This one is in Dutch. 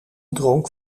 dronk